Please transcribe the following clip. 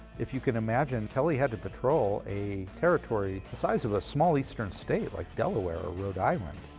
if you could imagine, kelley had to patrol a territory the size of a small eastern state like delaware or rhode island.